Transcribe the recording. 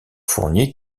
fournier